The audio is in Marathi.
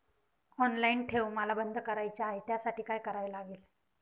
ऑनलाईन ठेव मला बंद करायची आहे, त्यासाठी काय करावे लागेल?